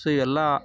so ಎಲ್ಲ